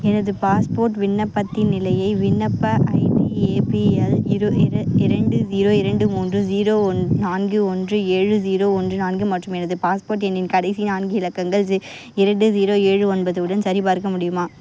எனது பாஸ்போர்ட் விண்ணப்பத்தின் நிலையை விண்ணப்ப ஐடி ஏபிஎல் இரு இர இரண்டு ஜீரோ இரண்டு மூன்று ஜீரோ ஒன் நான்கு ஒன்று ஏழு ஜீரோ ஒன்று நான்கு மற்றும் எனது பாஸ்போர்ட் எண்ணின் கடைசி நான்கு இலக்கங்கள் ஜி இரண்டு ஜீரோ ஏழு ஒன்பது உடன் சரிபார்க்க முடியுமா